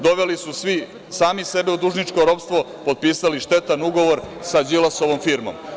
Doveli su svi sami sebe u dužničko ropstvo, potpisali štetan ugovor sa Đilasovom firmom.